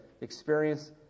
experience